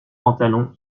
pantalon